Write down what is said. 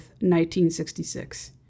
1966